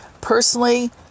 personally